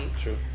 True